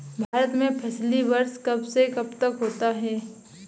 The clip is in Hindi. भारत में फसली वर्ष कब से कब तक होता है?